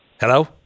Hello